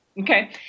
Okay